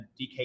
DK